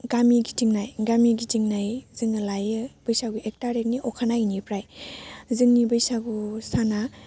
गामि गिदिंनाय गामि गिदिंनाय जोङो लायो बैसागु एक थारिगनि अखानायैनिफ्राय जोंनि बैसागु साना